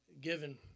given